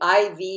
IV